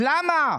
למה?